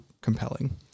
compelling